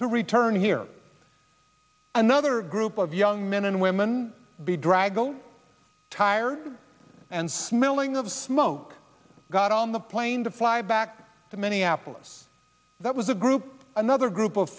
to return here another group of young men and women be draggle tired and smelling of smoke got on the plane to fly back to minneapolis that was a group another group of